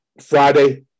Friday